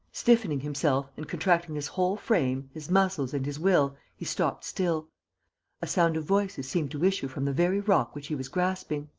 stiffening himself and contracting his whole frame, his muscles and his will, he stopped still a sound of voices seemed to issue from the very rock which he was grasping.